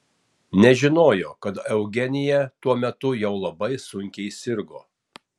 nežinojo kad eugenija tuo metu jau labai sunkiai sirgo